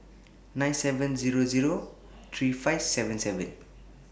nine seven Zero Zero three five seven seven